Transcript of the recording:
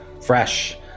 fresh